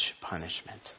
punishment